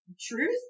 truth